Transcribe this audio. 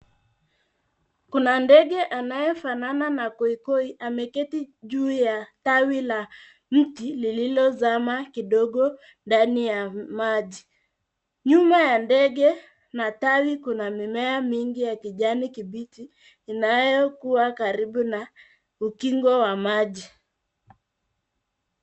Kuna ndege anayefanana na koikoi ameketi juu ya tawi la mti lililozama kidogo ndani ya maji. Nyuma ya ndege na tawi kuna mimea mingi ya kijani kibichi inayokua karibu na ukingo wa maji.